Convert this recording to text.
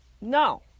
No